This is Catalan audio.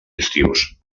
estius